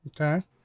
Okay